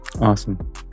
Awesome